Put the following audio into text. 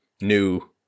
new